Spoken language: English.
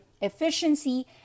efficiency